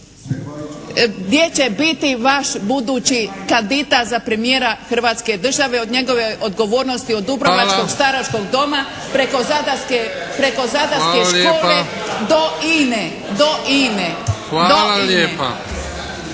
gdje će biti vaš budući kandidat za premijera Hrvatske Države od njegove odgovornosti od dubrovačkog staračkog doma preko zadarske škole do INA-e, do INA-e.